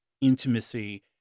intimacy